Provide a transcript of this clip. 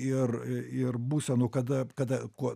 ir ir būsenų kada kada kuo